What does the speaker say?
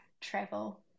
travel